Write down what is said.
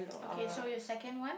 okay so your second one